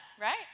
right